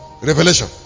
revelation